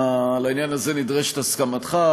לעניין הזה נדרשת הסכמתך.